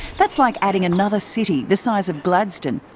that's like adding another city the size of gladstone,